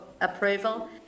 approval